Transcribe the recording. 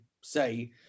say